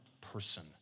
person